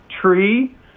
Tree